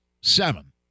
seven